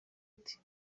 ati